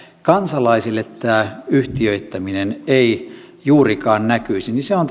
kansalaisille tämä yhtiöittäminen ei juurikaan näkyisi on